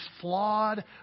flawed